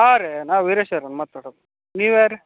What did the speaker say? ಹಾಂ ರೀ ನಾವು ವೀರೇಶವ್ರು ಮಾತಡುದು ನೀವ್ಯಾರು ರೀ